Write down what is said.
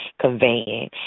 conveying